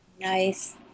Nice